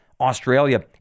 Australia